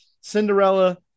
Cinderella